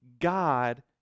God